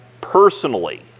personally